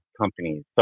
companies